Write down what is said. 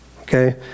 Okay